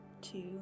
Two